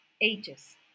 ages